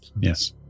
yes